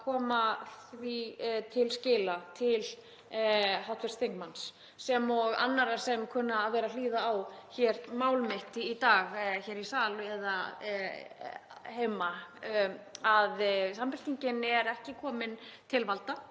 koma því til skila til hv. þingmanns, sem og annarra sem kunna að vera að hlýða á mál mitt í dag hér í sal eða heima, að Samfylkingin er ekki komin til valda.